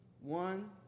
One